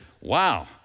wow